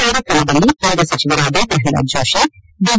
ಕಾರ್ಯಕ್ರಮದಲ್ಲಿ ಕೇಂದ ಸಚಿವರಾದ ಪ್ರಹ್ನಾದ್ ಜೋಷಿ ಡಿವಿ